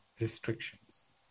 restrictions